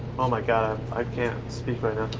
oh, my god. i can't speak right